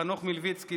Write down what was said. חנוך מלביצקי,